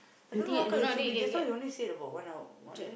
I don't know how come he should be just now you only said about one hour one